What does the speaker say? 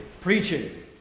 preaching